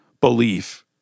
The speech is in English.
belief